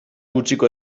gutxiko